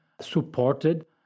supported